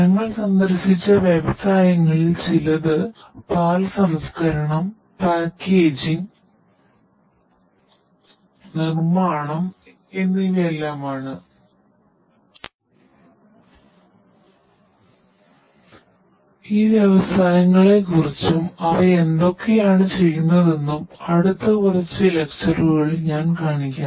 ഞങ്ങൾ സന്ദർശിച്ച വ്യവസായങ്ങളിൽ ചിലത് പാൽ സംസ്കരണം പാക്കേജിംഗ് നിർമ്മാണം എന്നിവയൊക്കെയാണ് ഈ വ്യവസായങ്ങളെകുറിച്ചും അവ എന്തൊക്കെയാണ് ചെയ്യുന്നതെന്നും അടുത്ത കുറച്ച് ലെക്ച്ചറുകളിൽ ഞാൻ കാണിക്കാം